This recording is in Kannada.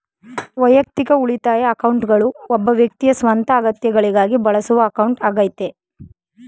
ವೈಯಕ್ತಿಕ ಉಳಿತಾಯ ಅಕೌಂಟ್ಗಳು ಒಬ್ಬ ವ್ಯಕ್ತಿಯ ಸ್ವಂತ ಅಗತ್ಯಗಳಿಗಾಗಿ ಬಳಸುವ ಅಕೌಂಟ್ ಆಗೈತೆ